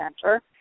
center